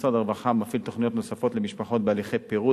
משרד הרווחה מפעיל תוכניות נוספות למשפחות בהליכי פירוד,